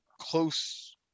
close